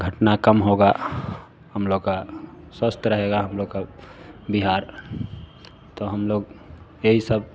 घटना कम होगा हम लोग का स्वस्थ रहेगा हम लोग का बिहार तो हम लोग यही सब